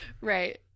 Right